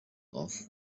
off